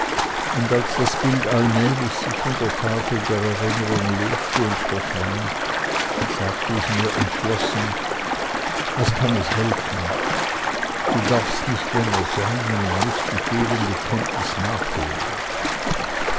und als das bild allmählich sich von der tafel der erinnerung löste und verschwand sagte ich mir entschlossen was kann es helfen du darfst nicht länger säumen und mußt die fehlende kenntnis nachholen